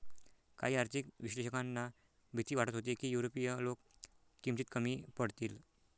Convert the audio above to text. काही आर्थिक विश्लेषकांना भीती वाटत होती की युरोपीय लोक किमतीत कमी पडतील